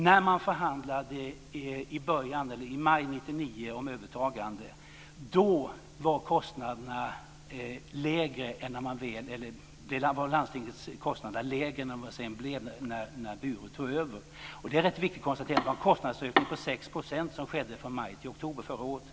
När man förhandlade i maj 1999 om övertagande, då var landstingets kostnader lägre än vad de sedan blev när Bure tog över. Detta är viktigt att konstatera. Det rörde sig om en kostnadsökning på 6 % som skedde från maj till oktober förra året.